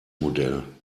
modell